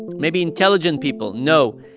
maybe intelligent people. no.